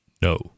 No